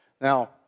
Now